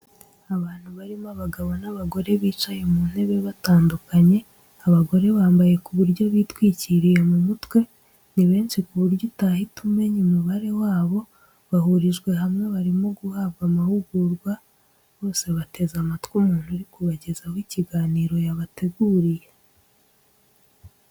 Abantu barimo abagabo n'abagore bicaye mu ntebe batandukanye, abagore bambaye ku buryo bitwikiriye mu mutwe, ni benshi ku buryo utahita umenya umubare wabo, bahurijwe hamwe barimo guhabwa amahugurwa, bose bateze amatwi umuntu uri kubagezaho ikiganiro yabateguriye.